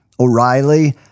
O'Reilly